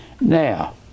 Now